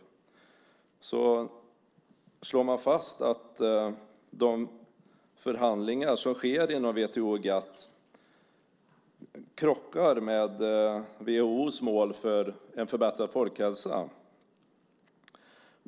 Där slår man fast att de förhandlingar som sker inom WTO och GATS krockar med WHO:s mål för en förbättrad folkhälsa.